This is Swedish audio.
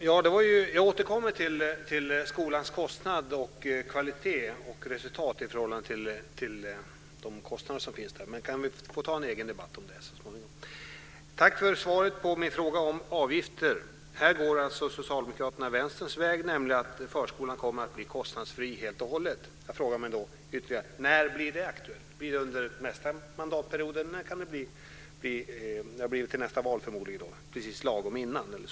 Fru talman! Jag återkommer till skolans kostnader och kvaliteten i förhållande till de resurser man har. Vi får ta en egen debatt om det så småningom. Tack för svaret på min fråga om avgifter. Här går alltså Socialdemokraterna Vänsterns väg, nämligen att förskolan helt och hållet kommer att bli kostnadsfri. Jag frågar mig då: När blir det aktuellt? Blir det under nästa mandatperiod eller precis lagom innan valet?